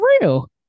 real